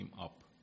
up